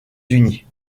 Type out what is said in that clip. unis